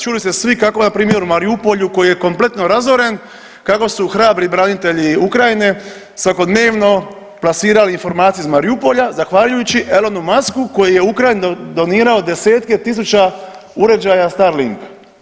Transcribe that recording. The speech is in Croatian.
Čuli ste svi kako na primjer u Mariupolju koji je kompletno razoren kako su hrabri branitelji Ukrajine svakodnevno plasirali informacije iz Mariupolja zahvaljujući Elonu Musku koji je Ukrajini donirao desetke tisuća uređaja Starlink.